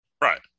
right